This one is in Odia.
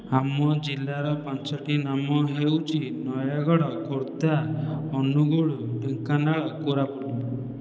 ଆମ ଜିଲ୍ଲାର ପାଞ୍ଚଟି ନାମ ହେଉଛି ନୟାଗଡ଼ ଖୋର୍ଦ୍ଧା ଅନୁଗୁଳ ଢେଙ୍କାନାଳ କୋରାପୁଟ